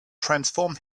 transform